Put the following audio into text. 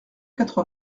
quatre